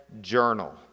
journal